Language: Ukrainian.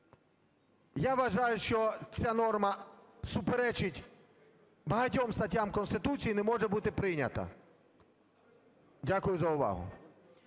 Я вважаю, що ця норма суперечить багатьом статтям Конституції і не може бути прийнята. Дякую за увагу.